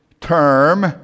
term